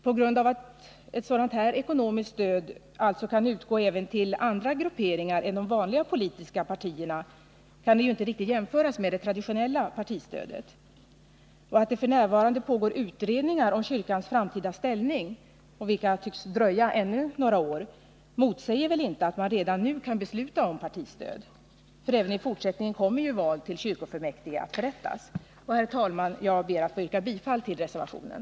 På grund av att ett sådant här ekonomiskt stöd alltså kan utgå även till andra grupperingar än de vanliga politiska partierna kan det inte riktigt jämföras med det traditionella partistödet. Att det f. n. pågår utredningar om kyrkans framtida ställning, vilka tycks dröja ännu några år, motsäger väl inte att man redan nu kan besluta om partistödet, för även i fortsättningen kommer ju val till kyrkofullmäktige att förrättas. Herr talman! Jag ber att få yrka bifall till reservationen.